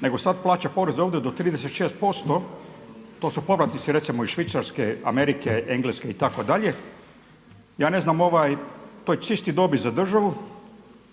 nego sad plaća ovdje do 36%, to su povratnici recimo iz Švicarske, Amerike, Engleske itd. Ja ne znam, to je čista dobit za državu,